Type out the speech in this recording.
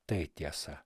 tai tiesa